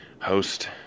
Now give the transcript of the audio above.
host